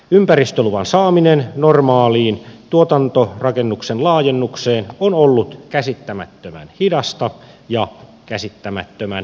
ympäristöluvan saaminen normaaliin tuotantorakennuksen laajennukseen on ollut käsittämättömän hidasta ja käsittämättömän kallista